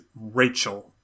Rachel